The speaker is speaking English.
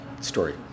story